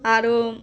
आओर